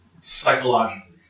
psychologically